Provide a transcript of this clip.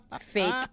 fake